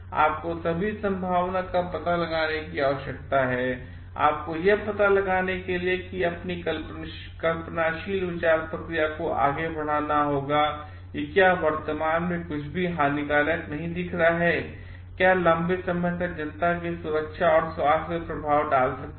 आपको सभी संभावनाओं का पता लगाने की आवश्यकता है आपको यह पता लगाने के लिए अपनी कल्पनाशील विचार प्रक्रिया को आगे बढ़ाना होगा कि क्या वर्तमान में कुछ भी हानिकारक नहीं दिख रहा है क्या यह लंबे समय तक जनता की सुरक्षा और स्वास्थ्य पर प्रभाव डाल सकता है